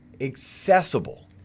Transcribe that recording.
accessible